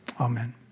Amen